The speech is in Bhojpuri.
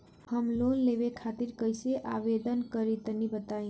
हम लोन लेवे खातिर कइसे आवेदन करी तनि बताईं?